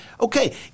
okay